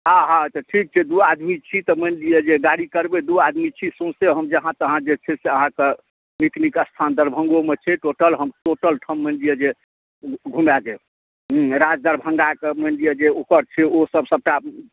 हँ हँ तऽ ठीक छै दू आदमी छी तऽ मानि लिअ जे गाड़ी करबै दू आदमी छी सौसे हम जहाँ तहाँ जे छै से अहाँक नीक नीक स्थान दरभङ्गोमे छै टोटल हम टोटल ठाम मानि लिअ जे घुमाय देब राज दरभङ्गा कऽ मानि लिअ जे ओकर छै ओ सभ सभटा